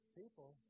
people